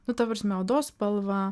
nu ta prasme odos spalva